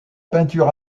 peinture